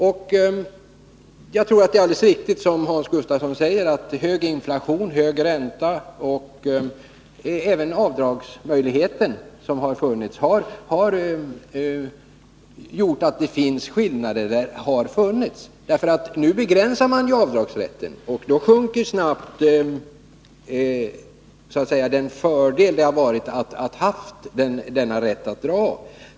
Och jag tror att det är alldeles riktigt, som Hans Gustafsson säger, att hög inflation, hög ränta och även den avdragsmöjlighet som funnits har gjort att det finns eller har funnits en skillnad. Men nu begränsas ju avdragsrätten, och då minskar snabbt fördelen med denna.